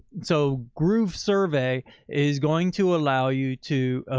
so groovesurvey is going to allow you to,